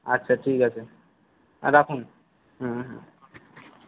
আচ্ছা ঠিক আছে রাখুন হ্যাঁ হ্যাঁ